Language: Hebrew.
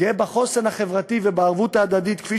גאה בחוסן החברתי ובערבות ההדדית כפי